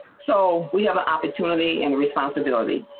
so we have opportunity and responsibility.